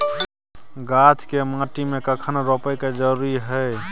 गाछ के माटी में कखन रोपय के जरुरी हय?